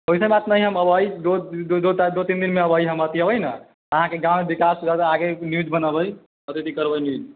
ओइसन बात नहि हय हम अयबै दू दू तीन दिनमे अबै हम ओतै अबै ने अहाँके गाँवमे विकास आके न्यूज बनेबै